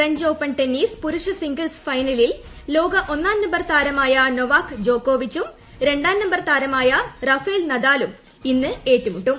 French Open tennis പുരുഷ singles ഫൈനലിൽ ലോക ഒന്നാം നമ്പർ താരമായ നൊവാക് ജോക്കോവിച്ചും രണ്ടാം നമ്പർ താരമായ റാഫേൽ നദാലും ഇന്ന് ഏറ്റുമുട്ടും